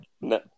No